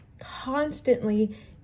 constantly